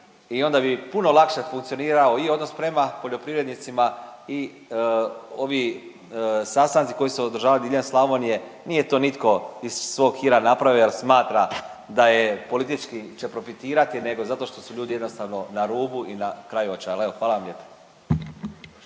i onda bi puno lakše funkcionirao i odnos prema poljoprivrednicima i ovi sastanci koji se održavaju diljem Slavonije. Nije to nitko iz svog hira napravio jer smatra da je politički će profitirati, nego zato što su ljudi jednostavno na rubu i na kraju očaja. Evo hvala vam lijepa.